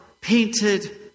painted